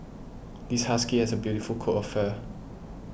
this husky has a beautiful coat of fur